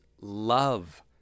love